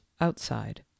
outside